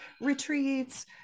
retreats